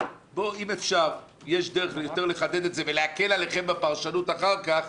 זה, ולהקל עליכם בפרשנות אחר כך,